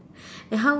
then how